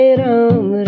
ram